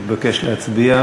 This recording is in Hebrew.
מתבקש להצביע.